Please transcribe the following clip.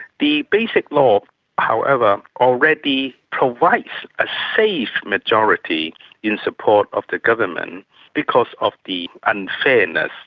the basic law however already provides a safe majority in support of the government because of the unfairness,